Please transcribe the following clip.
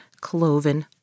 cloven